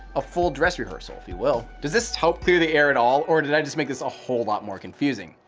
a full dress rehearsal if you will. does that help clear the air at all? or did i just make this a whole lot more confusing.